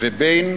ובין